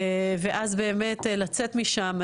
ואז באמת לצאת משם,